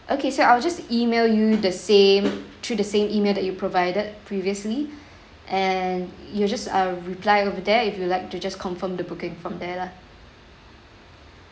okay so I will just email you the same to the same email that you provided previously and you'll just uh reply over there if you like to just confirm the booking from there lah